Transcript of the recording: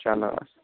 چلو اَس